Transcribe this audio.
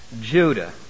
Judah